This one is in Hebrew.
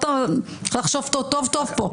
צריך לחשוב טוב טוב פה.